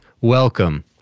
Welcome